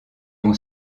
ont